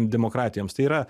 demokratijoms tai yra